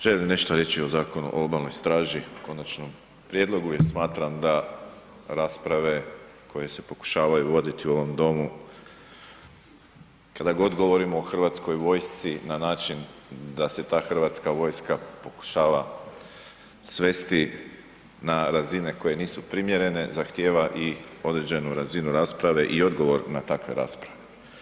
Želim nešto reći o Zakonu o Obalnoj straži, konačnom prijedlogu jer smatram da rasprave koje se pokušavaju voditi u ovom Domu, kada god govorimo o Hrvatskoj vojsci na način da se ta Hrvatska vojska pokušava svesti na razine koje nisu primjerene zahtijeva i određenu razinu rasprave i odgovor na takve rasprave.